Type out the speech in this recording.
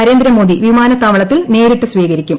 നരേന്ദ്രമോദി വിമാനത്താവളത്തിൽ നേരിട്ട് സ്വീകരിക്കും